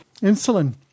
insulin